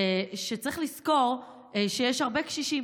שצריך לזכור שיש הרבה קשישים